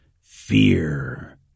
FEAR